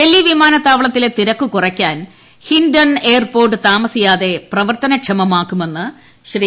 ഡൽഹി വിമാനത്താവളത്തിലെ തിരക്ക് കുറയ്ക്കാൻ ഹിൻഡൺ എയർപോർട്ട് താമസിയാതെ പ്രവർത്തനക്ഷമമാക്കുമെന്ന് ശ്രീ